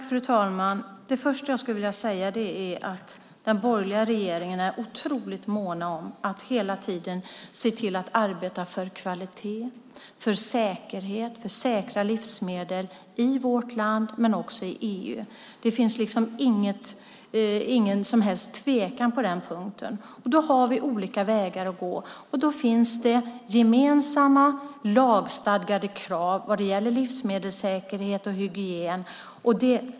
Fru talman! Det första jag skulle vilja säga är att den borgerliga regeringen är otroligt mån om att hela tiden se till att arbeta för kvalitet, säkerhet och säkra livsmedel i vårt land, men också i EU. Det finns ingen som helst tvekan på den punkten. Men vi har olika vägar att gå. Det finns gemensamma lagstadgade krav vad gäller livsmedelssäkerhet och hygien.